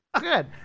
Good